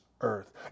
earth